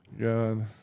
God